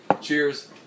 Cheers